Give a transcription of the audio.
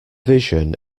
vision